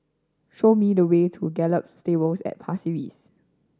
show me the way to Gallop Stables at Pasir Ris